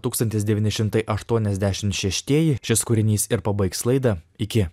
tūkstantis devyni šimtai aštuoniasdešimt šeštieji šis kūrinys ir pabaigs laidą iki